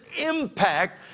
impact